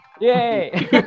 Yay